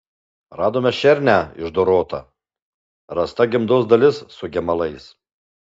radome šernę išdorotą rasta gimdos dalis su gemalais